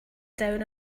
down